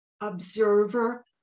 observer